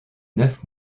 neuf